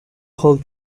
hold